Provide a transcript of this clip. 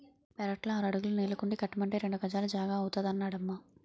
పెరట్లో ఆరడుగుల నీళ్ళకుండీ కట్టమంటే రెండు గజాల జాగా అవుతాదన్నడమ్మా